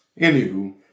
Anywho